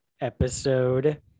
episode